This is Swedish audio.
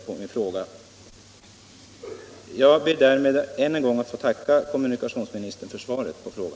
Jag ber därmed att än en gång få tacka kommunikationsministern för svaret på min fråga.